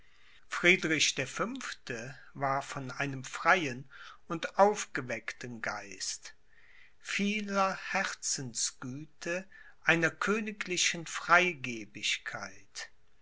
friedrich der fünfte war von einem freien und aufgeweckten geist vieler herzensgüte einer königlichen freigebigkeit